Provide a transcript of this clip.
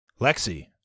Lexi